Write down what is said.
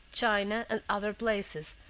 china, and other places,